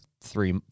three